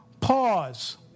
Pause